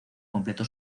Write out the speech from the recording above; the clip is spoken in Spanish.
completo